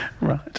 Right